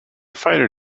fighter